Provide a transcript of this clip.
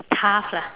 tough lah